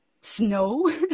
snow